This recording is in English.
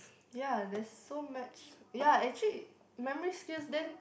ya there's so much ya actually memory skills then